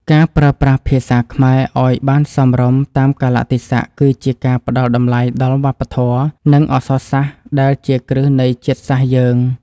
ការប្រើប្រាស់ភាសាខ្មែរឱ្យបានសមរម្យតាមកាលៈទេសៈគឺជាការផ្តល់តម្លៃដល់វប្បធម៌ និងអក្សរសាស្ត្រដែលជាគ្រឹះនៃជាតិសាសន៍យើង។